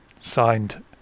Signed